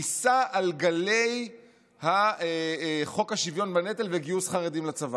נישא על גלי חוק השוויון בנטל וגיוס חרדים לצבא.